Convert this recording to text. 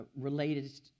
related